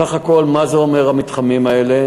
סך הכול, מה זה אומר המתחמים האלה?